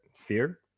sphere